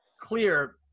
clear